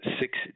Six